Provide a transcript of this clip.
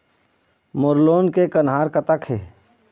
मोर loan के कन्हार कतक हे?